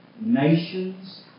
nations